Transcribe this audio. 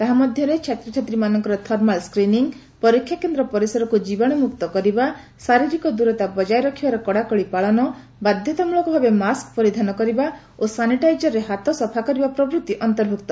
ତାହା ମଧ୍ୟରେ ଛାତ୍ରଛାତ୍ରୀମାନଙ୍କ ଥର୍ମାଲ୍ ସ୍କ୍ରିନ ପରୀକ୍ଷା କେନ୍ଦ୍ର ପରିସରକୁ ଜୀବାଶିମୁକ୍ତ କରିବା ଶାରୀରିକ ଦୂରତା ବଜାୟ ରଖିବାର କଡ଼ାକଡ଼ି ପାଳନ ବଧ୍ୟତାମୂଳକ ଭାବେ ମାସ୍କ ପରିଧାନ କରିବା ଓ ସାନିଟାଇଜରରେ ହାତ ସଫା କରିବା ପ୍ରଭୃତି ଅନ୍ତର୍ଭୁକ୍ତ